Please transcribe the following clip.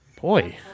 Boy